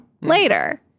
later